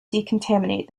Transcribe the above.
decontaminate